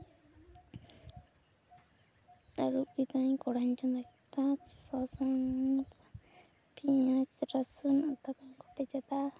ᱟᱨᱩᱯ ᱠᱤᱫᱟᱹᱧ ᱠᱚᱲᱦᱟᱧ ᱪᱚᱸᱫᱟ ᱠᱮᱫᱟ ᱥᱟᱥᱟᱝ ᱢᱚᱥᱞᱟ ᱯᱮᱸᱭᱟᱡᱽ ᱨᱟᱹᱥᱩᱱ ᱟᱫᱟ ᱠᱚᱹᱧ ᱠᱚᱴᱮᱡ ᱟᱫᱟ